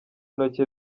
intoki